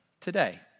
today